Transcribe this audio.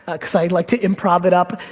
ah cause i like to improv it up,